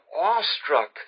awestruck